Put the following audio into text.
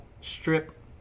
strip